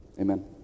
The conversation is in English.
amen